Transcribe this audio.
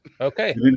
Okay